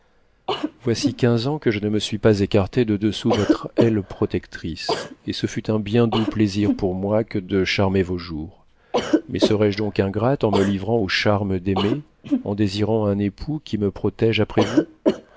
voici quinze ans que je ne me suis pas écartée de dessous votre aile protectrice et ce fut un bien doux plaisir pour moi que de charmer vos jours mais serais-je donc ingrate en me livrant au charme d'aimer en désirant un époux qui me protège après vous